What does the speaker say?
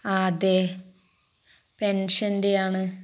ആ അതെ പെൻഷൻ്റെയാണ്